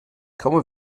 komme